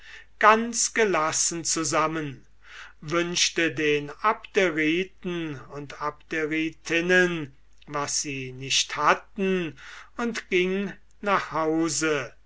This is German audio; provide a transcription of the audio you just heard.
ganz gelassen zusammen wünschte den abderiten und abderitinnen was sie nicht hatten und ging nach hause